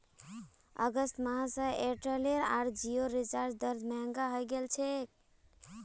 अगस्त माह स एयरटेल आर जिओर रिचार्ज दर महंगा हइ गेल छेक